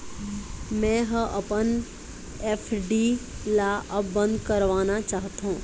मै ह अपन एफ.डी ला अब बंद करवाना चाहथों